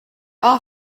are